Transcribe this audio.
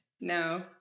No